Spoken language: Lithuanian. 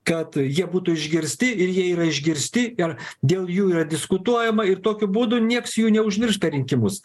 kad jie būtų išgirsti ir jie yra išgirsti ir dėl jų yra diskutuojama ir tokiu būdu nieks jų neužmiršta rinkimus